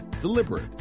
deliberate